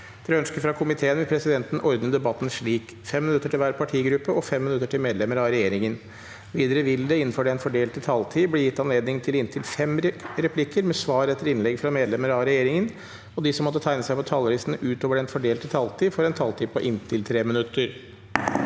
Etter ønske fra justiskomi- teen vil presidenten ordne debatten slik: 5 minutter til hver partigruppe og 5 minutter til medlemmer av regjeringen. Videre vil det – innenfor den fordelte taletid – bli gitt anledning til inntil fem replikker med svar etter innlegg fra medlemmer av regjeringen, og de som måtte tegne seg på talerlisten utover den fordelte taletid, får en taletid på inntil 3 minutter.